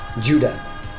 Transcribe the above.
Judah